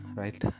right